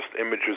images